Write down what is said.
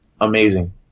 amazing